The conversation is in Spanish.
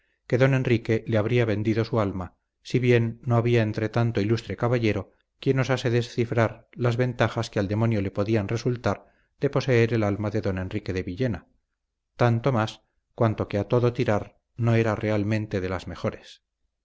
que don enrique le habría vendido su alma si bien no había entre tanto ilustre caballero quien osase descifrar las ventajas que al demonio le podían resultar de poseer el alma de don enrique de villena tanto más cuanto que a todo tirar no era realmente de las mejores